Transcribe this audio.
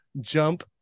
jump